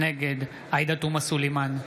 נגד עאידה תומא סלימאן,